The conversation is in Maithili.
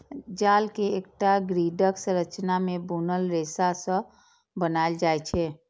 जाल कें एकटा ग्रिडक संरचना मे बुनल रेशा सं बनाएल जाइ छै